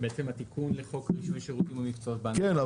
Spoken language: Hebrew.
--- בעצם התיקון לחוק רישוי שירותים ומקצועות --- כן,